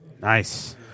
Nice